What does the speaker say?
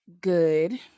good